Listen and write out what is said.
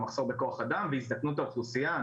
מחסור בכוח אדם והזדקנות האוכלוסייה.